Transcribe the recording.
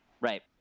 Right